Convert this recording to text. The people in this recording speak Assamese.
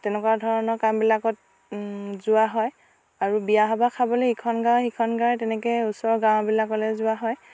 তেনেকুৱা ধৰণৰ কামবিলাকত যোৱা হয় আৰু বিয়া সবাহ খাবলৈ ইখন গাঁৱে সিখন গাঁৱে তেনেকে ওচৰৰ গাঁঁওবিলাকলে যোৱা হয়